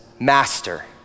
Master